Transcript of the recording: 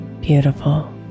beautiful